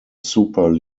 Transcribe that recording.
super